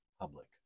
public